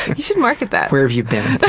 should market that. where have you been?